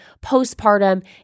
postpartum